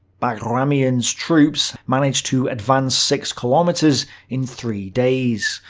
bagramian's troops managed to advance six kilometers in three days.